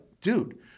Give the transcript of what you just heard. Dude